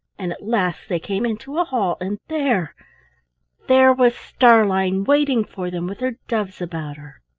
and at last they came into a hall and there there was starlein waiting for them with her doves about her.